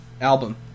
album